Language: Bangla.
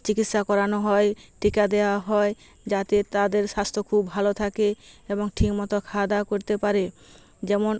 চিকিৎসা করানো হয় টিকা দেওয়া হয় যাতে তাদের স্বাস্থ্য খুব ভালো থাকে এবং ঠিক মতো খাওয়া দাওয়া করতে পারে যেমন